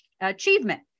achievement